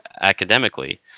academically